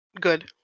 Good